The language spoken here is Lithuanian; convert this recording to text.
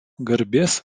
garbės